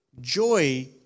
Joy